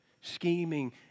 scheming